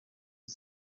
you